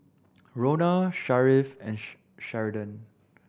Rhona Sharif and Sheridan